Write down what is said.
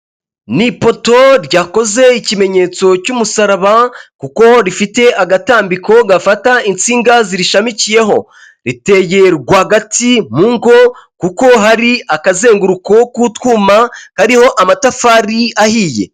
Ni ipoto ryakoze ikimenyetso cy'umusaraba kuko rifite agatambiko gafata insinga zirishamikiyeho, riteye rwagati mu ngo kuko hari akazenguruko k'utwuma kariho amatafari ahiye.